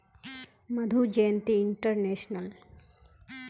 Madhu Jayanti international